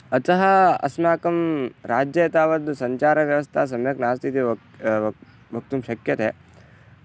अतः अस्माकं राज्ये तावद् सञ्चारव्यवस्था सम्यक् नास्ति इति वक् वक्तुं शक्यते